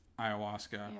ayahuasca